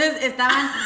estaban